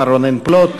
מר רונן פלוט,